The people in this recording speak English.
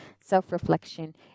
self-reflection